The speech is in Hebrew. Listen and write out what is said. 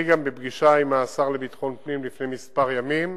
בפגישה עם השר לביטחון פנים לפני כמה ימים,